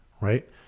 right